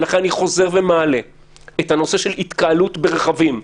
ולכן אני חוזר ומעלה את הנושא של התקהלות ברכבים.